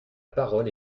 parole